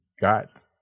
got